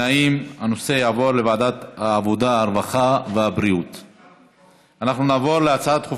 הנושא לוועדת העבודה, הרווחה והבריאות נתקבלה.